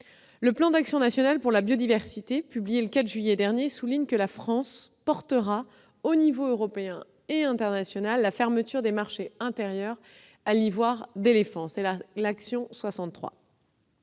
Le plan d'action national pour la biodiversité, publié le 4 juillet dernier, souligne que « la France portera aux niveaux européen et international la fermeture des marchés intérieurs à l'ivoire d'éléphant ». Il s'agit de